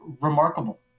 remarkable